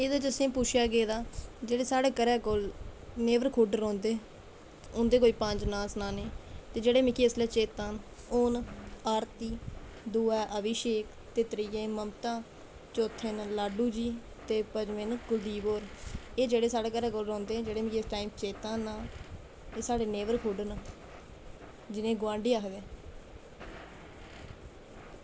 एह्दै च असें पुच्छेआ गेदा जेह्ड़े साढ़ै घरै कोल नेवरहुड रौंह्दे उंदे कोई पंज नांऽ सनांनें ते जेह्ड़े इसलै मिगीचेत्तै न ओह् न आर्ती दुआ ऐ अभिशेक ते त्रीऐ ओ ममता चोत्ता ऐ लाड्डू जी ते पंजमें न कुलदीप होर एह् जेह्ड़े साढ़ेघरै कोल रौंह्दे न जेह्ड़े मिगी चेत्तै न एह् साढ़े नेवरहुड न जिनेंगी गोआंढी आखदे